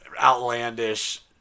outlandish